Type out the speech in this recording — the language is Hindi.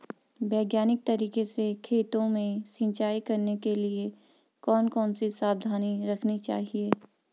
वैज्ञानिक तरीके से खेतों में सिंचाई करने के लिए कौन कौन सी सावधानी रखनी चाहिए?